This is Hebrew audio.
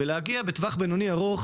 ושבטווח הבינוני-ארוך